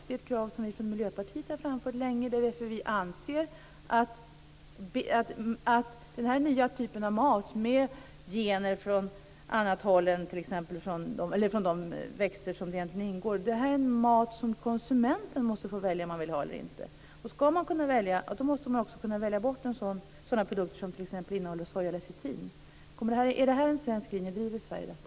Det är ett krav som vi från Miljöpartiet länge har framfört. Vi anser att den här nya typen av mat, med gener från annat håll än från de växter som ingår, måste konsumenten få välja om man vill ha eller inte. Skall man kunna välja måste man också kunna välja bort sådana produkter som t.ex. innehåller sojalecitin. Är det här en svensk linje? Driver Sverige detta?